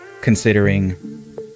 considering